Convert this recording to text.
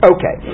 Okay